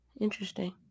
interesting